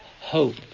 hope